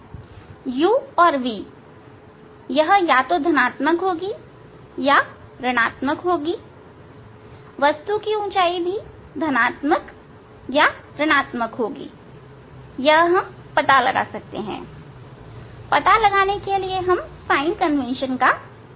u और v यह या तो धनात्मक होगी या ऋणआत्मक होगी या वस्तु ऊंचाई भी धनात्मक या धनात्मक होगी यह हम पता लगा सकते हैं पता लगाने के लिए हम साइन कन्वेंशन का पालन करेंगे